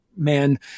man